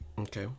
Okay